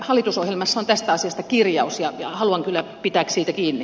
hallitusohjelmassa on tästä asiasta kirjaus ja haluan kyllä pitää siitä kiinni